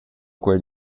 quei